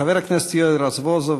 חבר הכנסת יואל רזבוזוב,